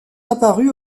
apparus